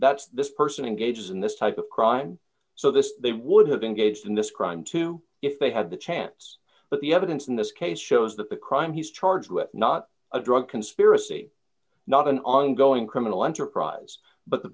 that's this person engages in this type of crime so this they would have engaged in this crime too if they had the chance but the evidence in this case shows that the crime he's charged with not a drug conspiracy not an ongoing criminal enterprise but the